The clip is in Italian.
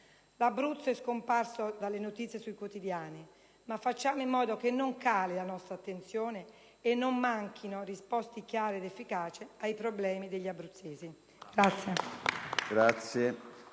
L'Abruzzo è scomparso dalle notizie sui quotidiani, ma facciamo in modo che non cali la nostra attenzione e non manchino risposte chiare ed efficaci ai problemi degli abruzzesi.